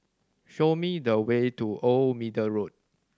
show me the way to Old Middle Road